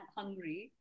hungry